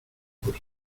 por